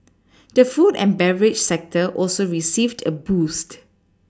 the food and beverage sector also received a boost